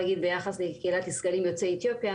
להגיד שביחס לקהילת --- יוצאי אתיופיה,